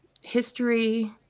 history